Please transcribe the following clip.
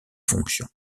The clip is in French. fonction